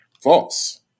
false